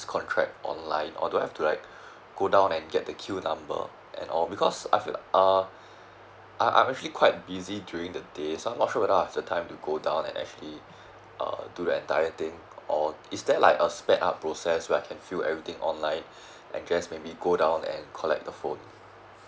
recontract online or do I have to like go down and get the queue number and or because I feel like uh I I'm actually quite busy during the day so I am not sure whether I have time to go down and actually uh do the entire thing or is there like a sped up process where I can fill everything online and guess maybe go down and collect the phone